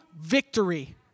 victory